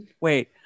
wait